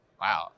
Wow